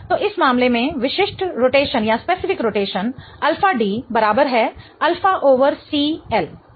तो इस मामले में विशिष्ट रोटेशन अल्फा D αD बराबर है अल्फा ओवर c l सही